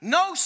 no